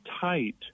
tight